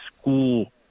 school